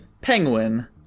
Penguin